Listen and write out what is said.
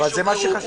אתה,